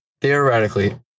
theoretically